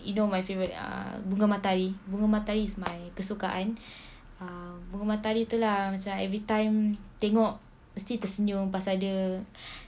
you know my favourite ah bunga matahari bunga matahari is my kesukaan bunga matahari tu lah macam every time I tengok mesti tersenyum pasal dia